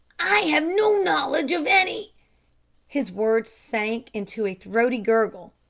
i have no knowledge of any his words sank into a throaty gurgle,